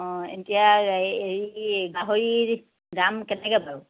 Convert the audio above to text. অঁ এতিয়া হেৰি গাহৰি দাম কেনেকৈ বাৰু